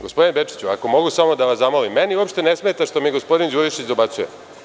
Gospodine Bečiću, ako mogu samo da vas zamolim, meni uopšte ne smeta što mi gospodin Đurišić dobacuje.